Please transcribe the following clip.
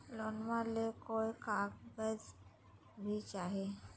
लोनमा ले कोई कागज भी चाही?